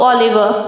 Oliver